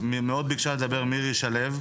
מאוד ביקשה לדבר מירי שלו.